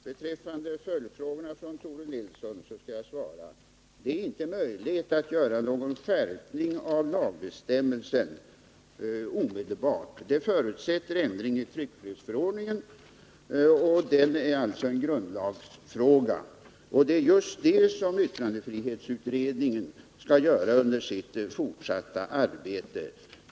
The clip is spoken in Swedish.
Herr talman! På Tore Nilssons följdfrågor vill jag svara: Det är inte möjligt att göra någon skärpning av lagbestämmelsen omedelbart. Detta förutsätter ändring i tryckfrihetsförordningen och är alltså en grundlagsfråga. Just denna grundlagsfråga skall yttrandefrihetsutredningen syssla med i sitt fortsatta arbete.